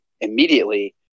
immediately